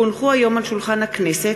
כי הונחו היום על שולחן הכנסת,